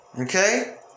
Okay